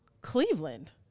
Cleveland